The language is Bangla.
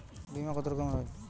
বিমা কত রকমের হয়?